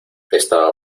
estaba